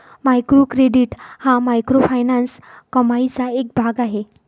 micro credit हा microfinance कमाईचा एक भाग आहे